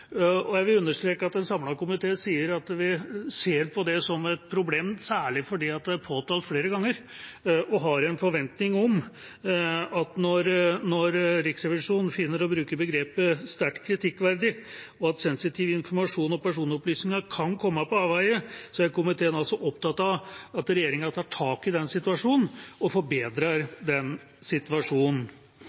Jeg vil understreke at en samlet komité ser på det som et problem, særlig fordi det er påtalt flere ganger. Komiteen har en forventning om og er opptatt av at når Riksrevisjonen finner å bruke begrepet «sterkt kritikkverdig», og at sensitiv informasjon og personopplysninger kan komme på avveier, tar regjeringa tak i den situasjonen og forbedrer den.